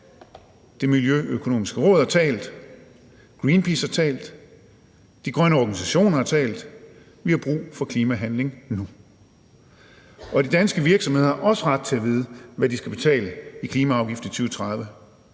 Det Miljøøkonomiske Råd har talt, Greenpeace har talt, de grønne organisationer har talt, vi har brug for klimahandling nu, og de danske virksomheder har også ret til at vide, hvad de skal betale i klimaafgift i 2030.